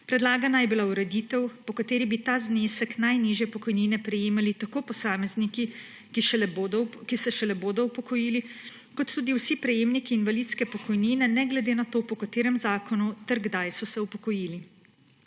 Predlagana je bila ureditev, po kateri bi ta znesek najnižje pokojnine prejemali tako posamezniki, ki se šele bodo upokojili, kot tudi vsi prejemniki invalidske pokojnine ne glede na to, po katerem zakonu ter kdaj so se upokojili.